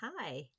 hi